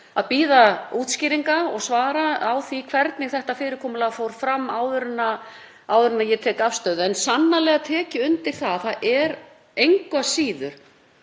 að bíða útskýringa og svara við því hvernig þetta fór fram áður en ég tek afstöðu. En sannarlega tek ég undir það að það er engu að síður